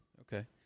Okay